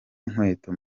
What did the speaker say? inkweto